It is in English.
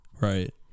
right